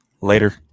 Later